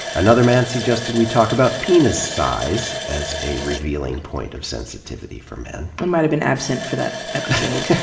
another man suggested we talk about penis size as a revealing point of sensitivity for men. i but might have been absent for that episode,